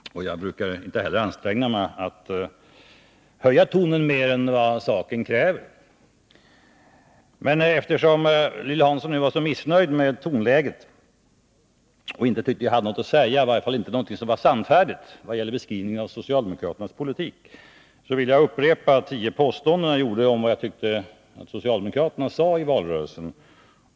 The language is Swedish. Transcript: Jag brukar inte heller anstränga mig för att höja tonen mer än vad saken kräver. Men eftersom Lilly Hansson var missnöjd med tonläget och inte tyckte att jag gav en sannfärdig beskrivning av socialdemokraternas politik, vill jag upprepa mina tio påståenden om vad jag uppfattade att socialdemokraterna sade i valrörelsen.